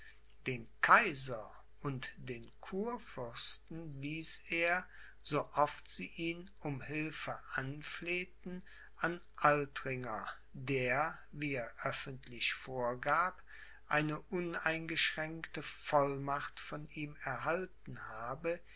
den kaiser und den kurfürsten wies er so oft sie ihn um hilfe anflehten an altringer der wie er öffentlich vorgab eine uneingeschränkte vollmacht von ihm erhalten habe